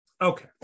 Okay